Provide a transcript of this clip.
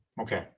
Okay